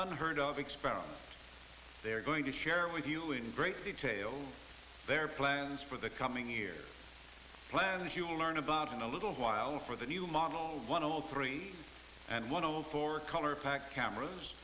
unheard of experiment they're going to share with you in great detail their plans for the coming year plan that you'll learn about in a little while for the new model one of all three and one of the four color pack cameras